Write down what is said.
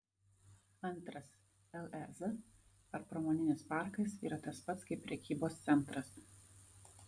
antras lez ar pramoninis parkas yra tas pats kaip prekybos centras